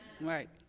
Right